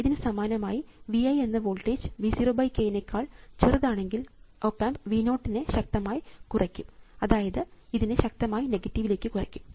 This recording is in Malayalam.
ഇതിനു സമാനമായി V i എന്ന വോൾട്ടേജ് V 0 k നെക്കാൾ ചെറുതാണെങ്കിൽ ഓപ് ആമ്പ് V 0 നെ ശക്തമായി കുറയ്ക്കും അതായത് ഇതിനെ ശക്തമായി നെഗറ്റീവ് ലേക്ക് കുറയ്ക്കും